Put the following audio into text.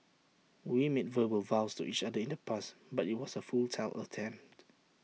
we made verbal vows to each other in the past but IT was A futile attempt